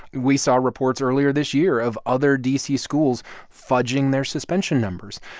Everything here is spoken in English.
we saw reports earlier this year of other d c. schools fudging their suspension numbers.